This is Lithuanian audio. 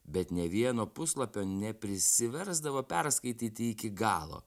bet nė vieno puslapio neprisiversdavo perskaityti iki galo